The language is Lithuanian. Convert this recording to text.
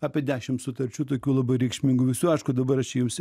apie dešimt sutarčių tokių labai reikšmingų visų aišku dabar aš čia jums